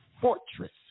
fortress